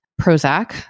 Prozac